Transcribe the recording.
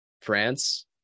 France